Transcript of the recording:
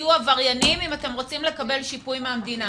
תהיו עבריינים אם אתם רוצים לקבל שיפוי מהמדינה.